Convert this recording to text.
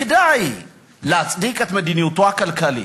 כדי להצדיק את מדיניותו הכלכלית,